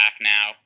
now